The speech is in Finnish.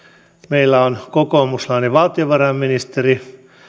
meillä on kokoomuslainen valtiovarainministeri